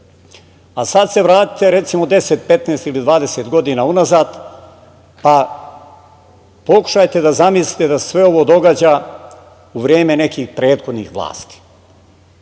se vratite, recimo, 10, 15 ili 20 godina unazad, pa pokušajte da zamislite da se sve ovo događa u vreme nekih prethodnih vlasti.